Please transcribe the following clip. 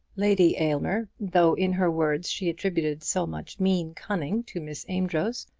lady aylmer, though in her words she attributed so much mean cunning to miss amedroz,